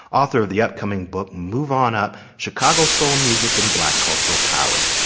author of the upcoming book move on up chicago soul music and black cultural power.